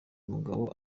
umugabo